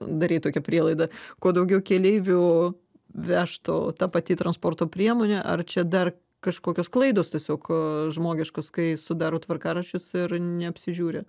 darei tokią prielaidą kuo daugiau keleivių vežtų ta pati transporto priemonė ar čia dar kažkokios klaidos tiesiog žmogiškos kai sudaro tvarkaraščius ir neapsižiūri